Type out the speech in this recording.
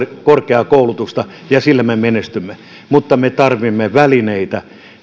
korkeakoulutusta ja sillä me menestymme mutta me tarvitsemme välineitä